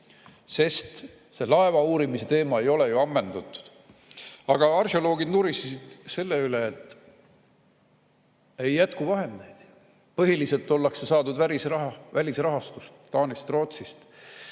See laevauurimise teema ei ole ju ammendatud. Aga arheoloogid nurisesid selle üle, et ei jätku vahendeid. Põhiliselt on saadud välisrahastust Taanist ja Rootsist.